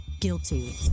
guilty